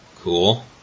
cool